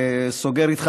נסגור.